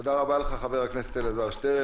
תודה רבה לך, חבר הכנסת אלעזר שטרן.